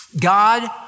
God